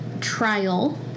trial